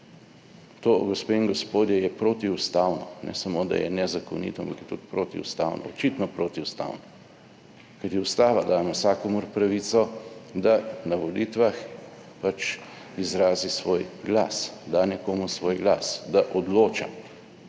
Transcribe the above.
To, gospe in gospodje, je protiustavno, ne samo, da je nezakonito, ampak je tudi protiustavno. Očitno protiustavno. Kajti Ustava daje vsakomur pravico, da na volitvah pač izrazi svoj glas, da nekomu svoj glas, da odloča.